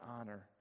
honor